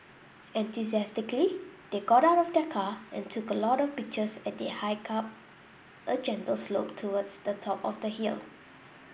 enthusiastically they got out of the car and took a lot of pictures as they hiked up a gentle slope towards the top of the hill